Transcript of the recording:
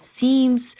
seems